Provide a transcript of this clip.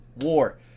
war